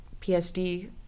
PSD